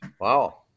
Wow